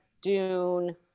Dune